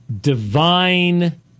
divine